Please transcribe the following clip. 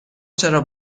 چرا